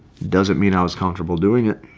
doesn't mean i was comfortable doing it.